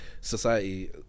society